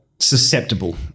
Susceptible